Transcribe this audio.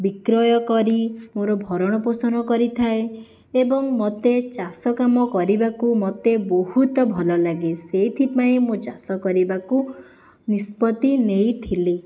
ବିକ୍ରୟ କରି ମୋର ଭରଣପୋଷଣ କରିଥାଏ ଏବଂ ମୋତେ ଚାଷ କାମ କରିବାକୁ ମୋତେ ବହୁତ ଭଲ ଲାଗେ ସେଇଥିପାଇଁ ମୁଁ ଚାଷ କରିବାକୁ ନିଷ୍ପତି ନେଇଥିଲି